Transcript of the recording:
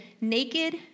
naked